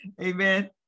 Amen